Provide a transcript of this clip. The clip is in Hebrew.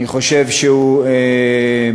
אני חושב שהוא מפאר